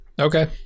Okay